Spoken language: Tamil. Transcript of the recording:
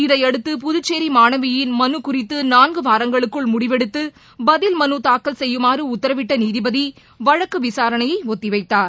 இதையடுத்து புதுச்சேரி மாணவியின் மனு குறித்து நான்கு வாரங்களுக்கு முடிவெடுத்து பதில் மனு தாக்கல் செய்யுமாறு உத்தரவிட்ட நீதிபதி வழக்கு விசாரணையை ஒத்திவைத்தார்